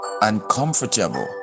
uncomfortable